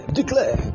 declare